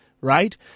right